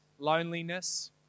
Loneliness